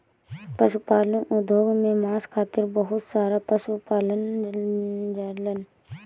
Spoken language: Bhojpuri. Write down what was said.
पशुपालन उद्योग में मांस खातिर बहुत सारा पशु पालल जालन